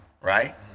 right